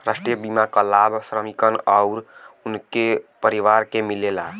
राष्ट्रीय बीमा क लाभ श्रमिकन आउर उनके परिवार के मिलेला